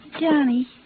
Johnny